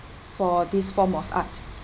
for this form of art